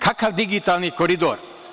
Kakav digitalni koridor?